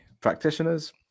practitioners